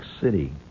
City